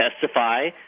testify –